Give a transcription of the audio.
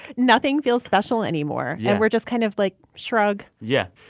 nothing feels special anymore yeah and we're just kind of like, shrug yeah.